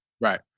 Right